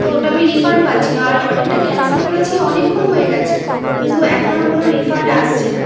তো ওটা আমি রিফান্ড পাচ্ছি না আর অর্ডারটা ক্যান্সেল করেছি অনেকক্ষণ হয়ে গিয়েছে কিন্তু এখনো কোনো রিফান্ড আসছে না